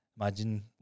imagine